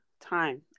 Time